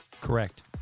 Correct